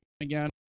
again